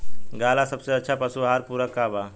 गाय ला सबसे अच्छा पशु आहार पूरक का बा?